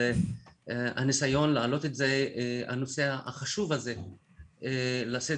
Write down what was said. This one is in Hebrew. והניסיון להעלות את הנושא החשוב הזה לסדר-היום.